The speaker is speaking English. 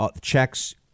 checks